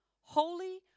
holy